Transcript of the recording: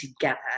together